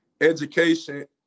education